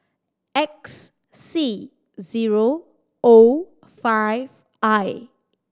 X C zero O five I